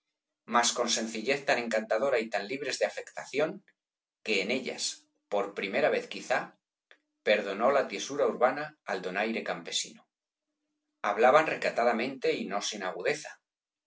mas con sencillez tan encantadora y tan libres de afectación que en ellas por primera vez quizá perdonó la tiesura urbana al donaire campesino hablaban recatadamente y no sin agudeza